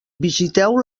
visiteu